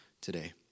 today